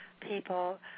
people